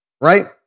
right